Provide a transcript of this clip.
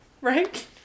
Right